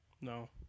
No